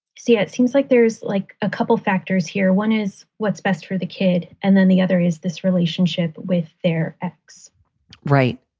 so, yeah, it seems like there's like a couple of factors here. one is what's best for the kid and then the other is this relationship with their ex right.